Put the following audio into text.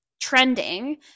trending